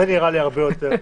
זה נראה לי הרבה יותר משמעותי.